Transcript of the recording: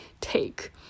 take